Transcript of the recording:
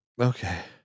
okay